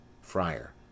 Friar